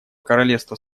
королевства